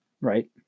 right